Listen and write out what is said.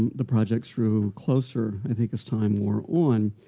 the project's grew closer, i think, as time wore on.